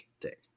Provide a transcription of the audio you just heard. dick